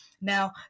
Now